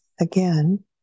Again